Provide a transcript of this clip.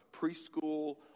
preschool